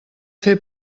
fer